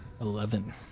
Eleven